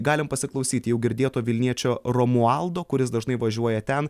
galim pasiklausyti jau girdėto vilniečio romualdo kuris dažnai važiuoja ten